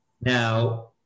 Now